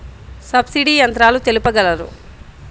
Subsidy యంత్రాలు తెలుపగలరు?